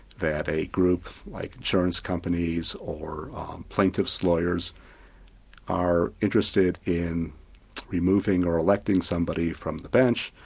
that a group like insurance companies or plaintiffs' lawyers are interested in removing or electing somebody from the bench,